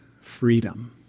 freedom